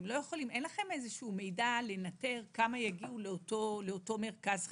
אין לכם איזה מידע לנטר כמה יגיעו לאותו מרכז חירום,